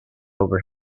over